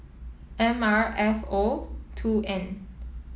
M R F O two N